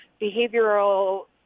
behavioral